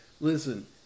listen